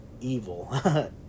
evil